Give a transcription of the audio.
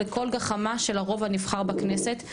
לכל גחמה של הרוב הנבחר בכנסת,